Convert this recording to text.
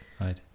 right